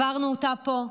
העברנו אותה פה,